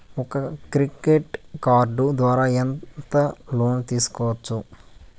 ఒక credit card ద్వారా ఎంత లోను తీసుకోవచ్చు?